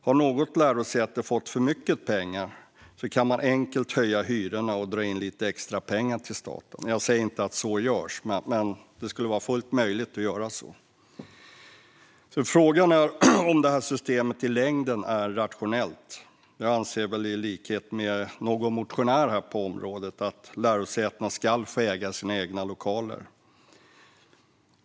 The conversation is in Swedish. Har något lärosäte fått för mycket pengar kan man enkelt höja hyrorna och dra in lite extrapengar till staten. Jag säger inte att det görs, men det skulle vara fullt möjligt att göra det. Frågan är om detta system i längden är rationellt. Jag anser nog, i likhet med någon motionär på detta område, att lärosätena ska få äga sina egna lokaler.